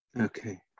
Okay